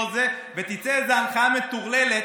ותצא איזו הנחיה מטורללת,